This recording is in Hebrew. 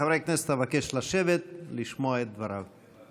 חברי הכנסת, אני מבקש לשבת לשמוע את דבריו.